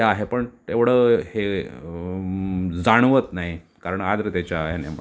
हे आहे पण तेवढं हे जाणवत नाही कारण आर्द्रतेच्या ह्याने